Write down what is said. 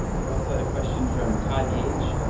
we also had a question from todd gage. and